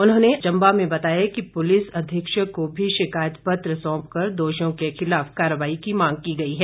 उन्होंने कल चंबा में बताया कि पुलिस अधीक्षक को भी शिकायत पत्र सौंपकर दोषियों के खिलाफ कार्रवाई की मांग की गई है